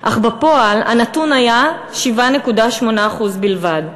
אך בפועל הנתון היה 7.8% בלבד.